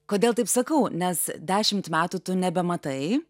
kodėl taip sakau nes dešimt metų tu nebematai